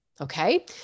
Okay